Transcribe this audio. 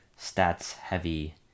stats-heavy